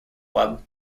club